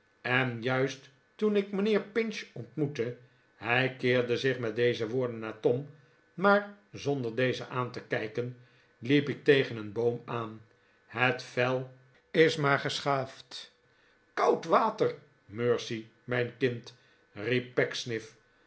en juist toen ik mijnheer pinch ontmoette hij keerde zich met deze woorden naar tom maar zonder dezen aan te kijken liep ik tegen een boom aan het vel is maar geschaafd koud water mercy mijn kind